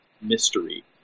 mystery